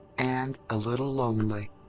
and a little lonely.